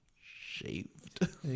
Shaved